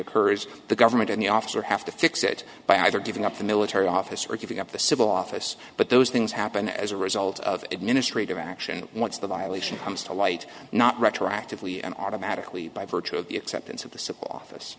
occurs the government and the officer have to fix it by either giving up the military office or giving up the civil office but those things happen as a result of administrative action once the violation comes to light not retroactively and automatically by virtue of the acceptance of the